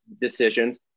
decisions